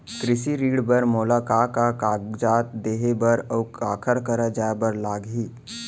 कृषि ऋण बर मोला का का कागजात देहे बर, अऊ काखर करा जाए बर लागही?